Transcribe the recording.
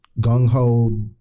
gung-ho